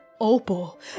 Opal